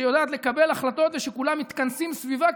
שיודעת לקבל החלטות ושכולם מתכנסים סביבה,